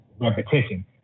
repetition